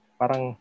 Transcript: parang